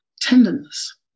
tenderness